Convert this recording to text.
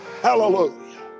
Hallelujah